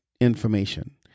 information